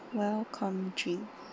welcome drink